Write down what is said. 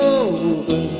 over